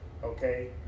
okay